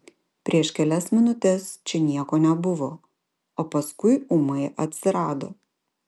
prieš kelias minutes čia nieko nebuvo o paskui ūmai atsirado